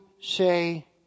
say